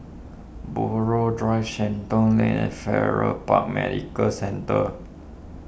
Buroh Drive Shenton Lane and Farrer Park Medical Centre